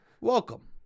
Welcome